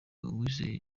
uwizeye